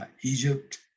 Egypt